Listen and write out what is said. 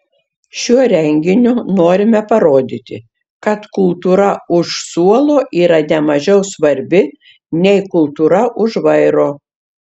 šiuo renginiu norime parodyti kad kultūra už suolo yra ne mažiau svarbi nei kultūra už vairo